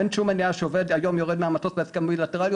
אין שום מניעה שעובד היום יור מהמטוס בהסכם בילטראלי,